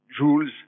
joules